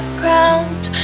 ground